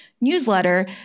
newsletter